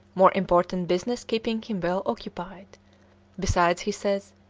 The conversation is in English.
more important business keeping him well occupied besides, he says,